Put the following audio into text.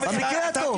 במקרה הטוב.